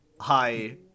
hi